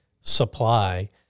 supply